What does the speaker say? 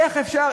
איך אפשר,